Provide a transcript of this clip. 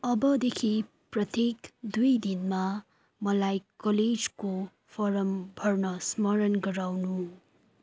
अबदेखि प्रत्येक दुई दिनमा मलाई कलेजको फारम भर्न स्मरण गराउनू